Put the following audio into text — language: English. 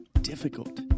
difficult